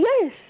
yes